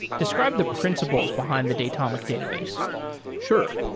describe the principles behind the datomic database sure.